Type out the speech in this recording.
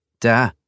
Da